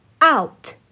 out